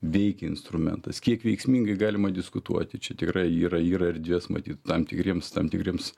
veikia instrumentas kiek veiksmingai galima diskutuoti čia tikrai yra yra erdvės matyt tam tikriems tam tikriems